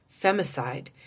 femicide